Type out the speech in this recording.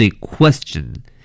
question